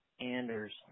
Anders